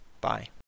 Bye